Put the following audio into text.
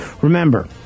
Remember